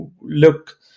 look